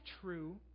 true